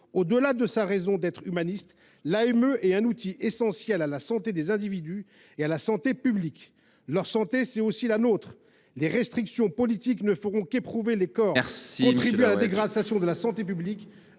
Au delà de sa raison d’être humaniste, l’AME est un outil essentiel à la santé des individus et à la santé publique. Leur santé, c’est aussi la nôtre. Les restrictions politiques ne feront qu’éprouver les corps, contribuer à la dégradation de la santé publique,